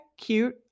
cute